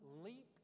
leaped